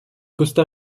costa